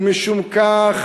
ומשום כך